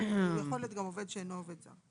אבל זה יכול להיות גם עובד שאינו עובד זר.